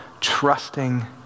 trusting